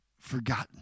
forgotten